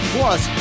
Plus